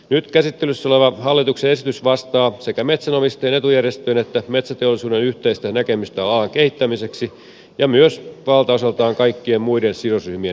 nyt käsittelyssä oleva hallituksen esitys vastaa sekä metsänomistajien etujärjestöjen että metsäteollisuuden yhteistä näkemystä alan kehittämiseksi ja myös valtaosaltaan kaikkien muiden sidosryhmien näkemyksiä